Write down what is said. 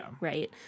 Right